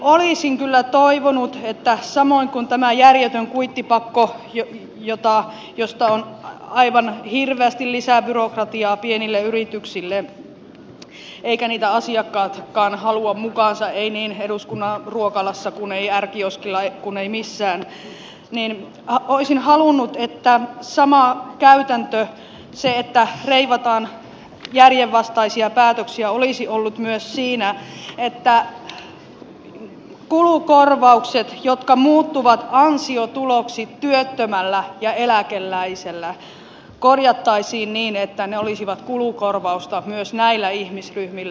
olisin kyllä toivonut että samoin kuin tämä järjetön kuittipakko josta on aivan hirveästi lisäbyrokratiaa pienille yrityksille eivätkä niitä asiakkaatkaan halua mukaansa ei niin eduskunnan ruokalassa kuin ei r kioskilla kuin ei missään sama käytäntö eli se että reivataan järjenvastaisia päätöksiä olisi ollut myös siinä että kulukorvaukset jotka muuttuvat ansiotuloksi työttömällä ja eläkeläisellä korjattaisiin niin että ne olisivat kulukorvausta myös näillä ihmisryhmillä